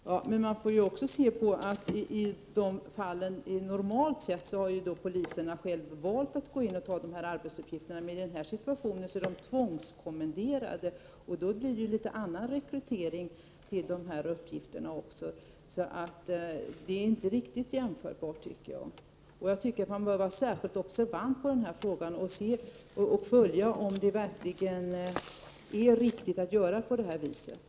Fru talman! Man måste också tänka på att polismännen i normala fall själva har valt att ta dessa arbetsuppgifter, medan de i den här situationen är tvångskommenderade. Då blir ju rekryteringen till dessa uppgifter litet annorlunda, så förhållandena är inte riktigt jämförbara. Man bör vara särskilt observant på den här frågan och undersöka om det verkligen är riktigt att göra på det här viset.